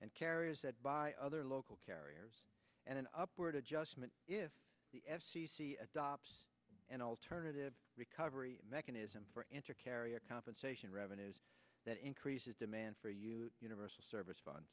and carriers by other local carriers and an upward adjustment if the f c c adopts an alternative recovery mechanism for enter carrier compensation revenues that increases demand for you universal service fun